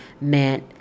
meant